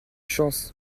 chance